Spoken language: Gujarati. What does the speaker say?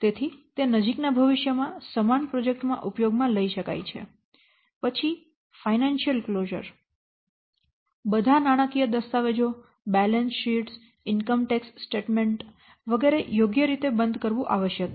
તેથી તે નજીકના ભવિષ્ય માં સમાન પ્રોજેક્ટ્સ માં ઉપયોગ માં લઈ શકાય છે પછી ફાઇનાન્શ્યલ ક્લોઝર બધા નાણાકીય દસ્તાવેજો balance sheets income tax statement વગેરે યોગ્ય રીતે બંધ કરવું આવશ્યક છે